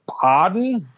pardon